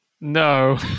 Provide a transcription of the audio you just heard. No